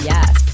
Yes